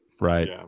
Right